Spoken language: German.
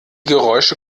geräusche